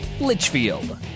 Litchfield